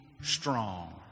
strong